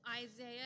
Isaiah